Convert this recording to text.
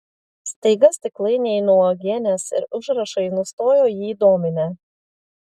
staiga stiklainiai nuo uogienės ir užrašai nustojo jį dominę